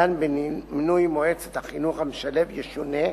הדן במינוי מועצת החינוך המשלב, ישונה,